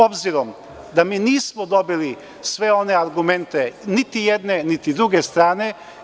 Obzirom da mi nismo dobili sve one argumente, niti jedne, niti druge strane.